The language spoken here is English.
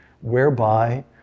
whereby